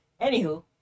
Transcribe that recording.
anywho